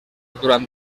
durant